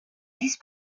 vice